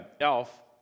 Elf